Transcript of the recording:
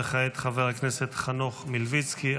חבר הכנסת חנוך מלביצקי,